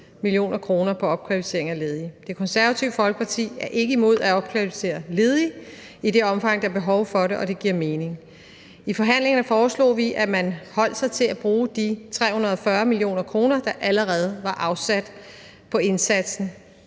mio. kr. på opkvalificering af ledige. Det Konservative Folkeparti er ikke imod at opkvalificere ledige i det omfang, der er behov for det og det giver mening. I forhandlingerne foreslog vi, at man holdt sig til at bruge de 340 mio. kr., der allerede var afsat til indsatsen,